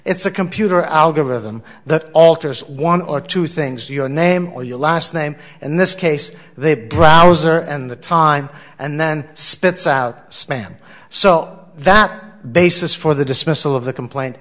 it's a computer algorithm that alters one or two things your name or your last name and this case they browser and the time and then spits out spam so that basis for the dismissal of the complaint